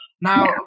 now